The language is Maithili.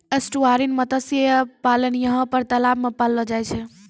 एस्टुअरिन मत्स्य पालन यहाँ पर तलाव मे पाललो जाय छै